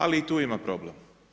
Ali i tu ima problem.